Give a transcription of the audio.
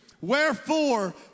Wherefore